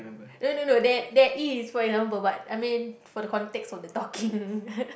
no no no there there is for example what I mean from the context of the talking